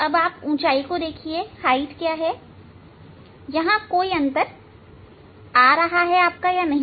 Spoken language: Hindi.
और तब ऊंचाई को देखिए यहां कोई अंतर है या नहीं